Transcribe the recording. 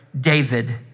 David